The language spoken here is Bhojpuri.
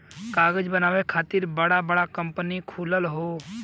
कागज बनावे खातिर बड़ा बड़ा कंपनी खुलल हौ